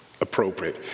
appropriate